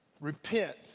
Repent